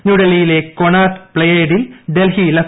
ന്യൂഡൽഹിയിലെ കൊണാർട്ട് പ്പെയയ്ഡിൽ ഡൽഹി ലഫ്